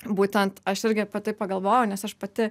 būtent aš irgi apie tai pagalvojau nes aš pati